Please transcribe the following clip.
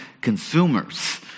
consumers